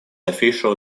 official